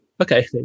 Okay